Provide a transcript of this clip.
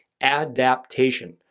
Adaptation